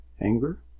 anger